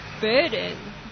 burden